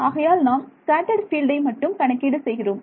ஆகையால் நாம் ஸ்கேட்டர்ட் ஃபீல்டை மட்டும் கணக்கீடு செய்கிறோம்